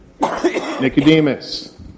Nicodemus